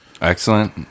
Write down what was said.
excellent